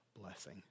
blessing